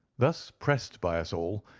thus pressed by us all,